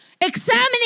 examining